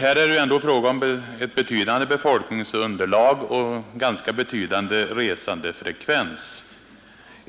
Här är ändå fråga om ett betydande befolkningsunderlag och en ganska betydande resandefrekvens.